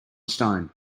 stone